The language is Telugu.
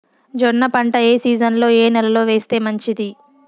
జొన్న పంట ఏ సీజన్లో, ఏ నెల లో వేస్తే మంచిది?